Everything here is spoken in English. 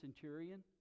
centurion